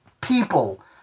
people